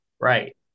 Right